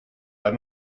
all